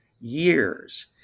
years